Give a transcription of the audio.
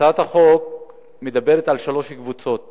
הצעת החוק מדברת על שלוש קבוצות סיכון: